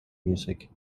music